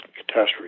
catastrophe